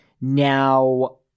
Now